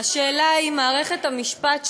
השאלה היא אם מערכת המשפט שלנו,